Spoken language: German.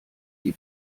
die